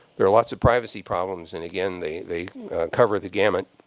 there are lots of privacy problems. and, again, they they cover the gamut.